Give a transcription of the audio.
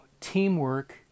teamwork